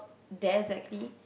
there exactly